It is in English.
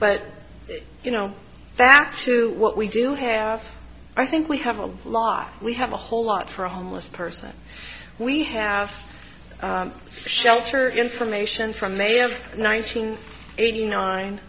but you know back to what we do have i think we have a lot we have a whole lot for a homeless person we have shelter information from they are nine hundred eighty nine